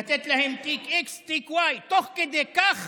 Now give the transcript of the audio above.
לתת להם תיק x, תיק y, תוך כדי כך